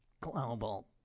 Global